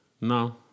No